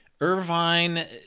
Irvine